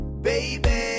baby